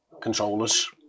controllers